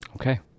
Okay